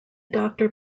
doctor